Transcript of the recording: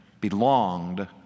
belonged